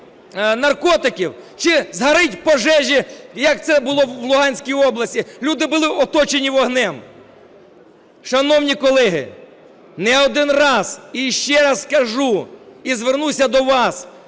наркотиків, чи згорить в пожежі, як це було в Луганській області, люди були оточені вогнем. Шановні колеги! Не один раз і ще раз скажу і звернуся до вас: